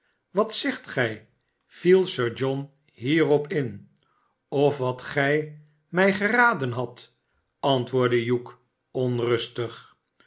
wat zegt gij viel sir john hierop in of wat gij mij geraden had t antwoordde hugh onrustig